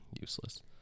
Useless